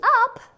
up